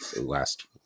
last